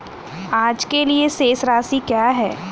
आज के लिए शेष राशि क्या है?